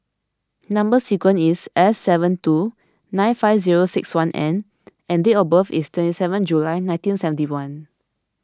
Number Sequence is S seven two nine five zero six one N and date of birth is twenty seven July nineteen seventy one